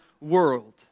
world